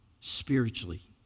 spiritually